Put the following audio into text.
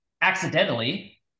Accidentally